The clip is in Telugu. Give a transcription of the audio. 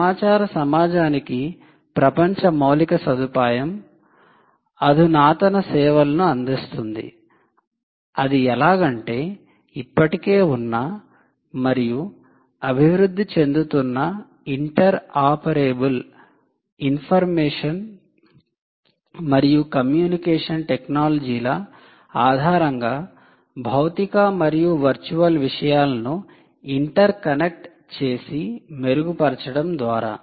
సమాచార సమాజానికి ప్రపంచ మౌలిక సదుపాయం అధునాతన సేవలను అందిస్తుంది అది ఎలాగంటే ఇప్పటికే ఉన్న మరియు అభివృద్ధి చెందుతున్న ఇంటర్ఆపరేబుల్ ఇన్ఫర్మేషన్ మరియు కమ్యూనికేషన్ టెక్నాలజీల ఆధారంగా భౌతిక మరియు వర్చువల్ విషయాలను ఇంటర్కనెక్ట్ చేసి మెరుగుపరచడం ద్వారా